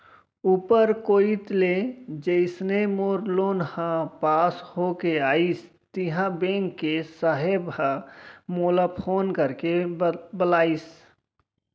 ऊपर कोइत ले जइसने मोर लोन ह पास होके आइस तिहॉं बेंक के साहेब ह मोला फोन करके बलाइस